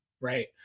right